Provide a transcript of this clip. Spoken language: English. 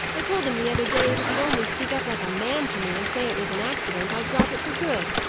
i told him the other day that if he'd only speak up like a man to me, and say it was an accident, i'd drop it for good.